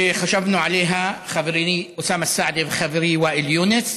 חשבנו עליה חברי אוסאמה סעדי וחברי ואאל יונס,